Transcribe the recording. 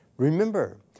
Remember